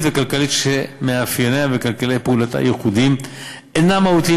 וכלכלית שמאפייניה וכללי פעולתה הייחודיים אינם מהותיים